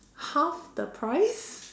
half the price